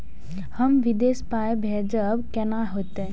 हम विदेश पाय भेजब कैना होते?